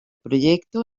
proyecto